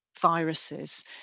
viruses